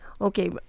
Okay